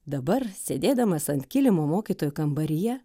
dabar sėdėdamas ant kilimo mokytojų kambaryje